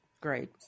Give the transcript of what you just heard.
Great